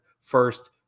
first